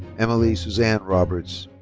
emilee suzanne roberts.